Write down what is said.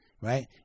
right